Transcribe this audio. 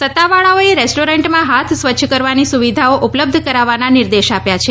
સત્તાવાળાઓએ રેસ્ટોરંટમાં હાથ સ્વચ્છ કરવાની સુવિધાઓ ઉપલબ્ધ કરાવવાના નિર્દેશ આપ્યા છે